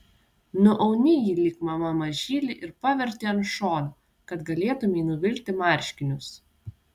nuauni jį lyg mama mažylį ir paverti ant šono kad galėtumei nuvilkti marškinius